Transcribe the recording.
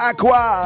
Aqua